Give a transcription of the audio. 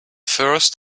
first